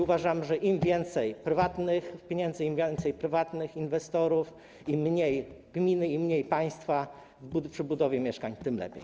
Uważam, że im więcej prywatnych pieniędzy, im więcej prywatnych inwestorów, im mniej gminy, im mniej państwa przy budowie mieszkań - tym lepiej.